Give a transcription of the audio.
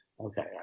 Okay